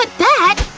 but that,